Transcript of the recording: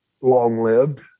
long-lived